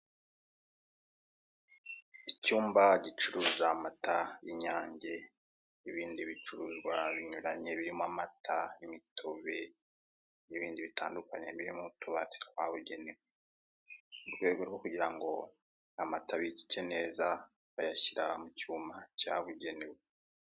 Icyumba gicuruza amata y'inyange n'ibindi bicuruzwa binyuranye, birimo amata n'imitobe, n'ibindi bitandukanye birimo utubati twabugenewe. Mu rwego rwo kugira ngo amata abikike neza, bayashyira mu cyuma cyabugenewe.